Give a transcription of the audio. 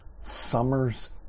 summer's